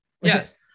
Yes